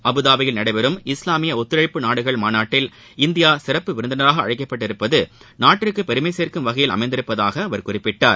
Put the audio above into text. அபுதாபியில் நடைபெறும் இஸ்லாமிய ஒத்துழைப்பு நாடுகள் மாநாட்டில் இந்தியா சிறப்பு விருந்தினராக அழைக்கப்பட்டிருப்பது நாட்டிற்கு பெருமை சேர்க்கும் வகையில் உள்ளதாக அவர் குறிப்பிட்டார்